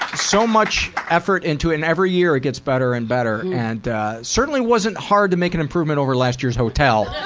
so much effort into it, and every year it gets better and better and certainly wasn't hard to make an improvement over last year's hotel,